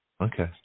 Okay